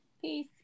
Peace